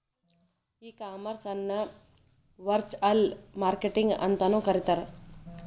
ಈ ಕಾಮರ್ಸ್ ಅನ್ನ virtual marketing ಅಂತನು ಕರೇತಾರ